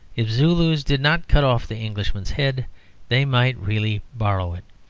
if zulus did not cut off the englishman's head they might really borrow it.